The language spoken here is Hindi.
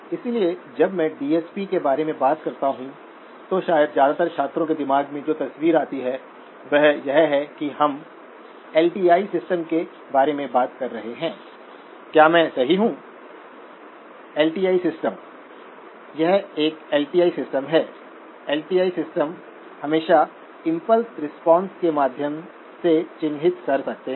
और मैंने पूरी पिक्चर में दिखाया है कि मैं पहले क्या करूँगा ऑपरेटिंग पॉइंट वैल्यूज को लिखना है